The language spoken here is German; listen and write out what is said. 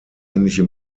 ähnliche